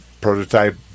Prototype